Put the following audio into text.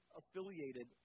affiliated